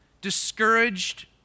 Discouraged